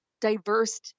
diverse